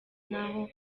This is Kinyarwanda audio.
naho